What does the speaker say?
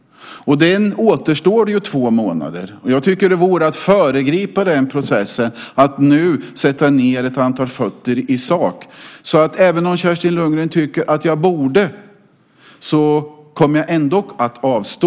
Och det återstår två månader av den. Och jag tycker att det vore att föregripa den processen att nu sätta ned ett antal fötter i sak. Även om Kerstin Lundgren tycker att jag borde göra det, kommer jag ändå att avstå.